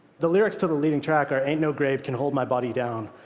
the lyrics to the leading track are ain't no grave can hold my body down.